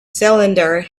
cylinder